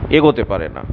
এগোতে পারে না